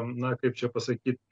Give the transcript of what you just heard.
na kaip čia pasakyt